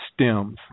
Stems